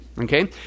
okay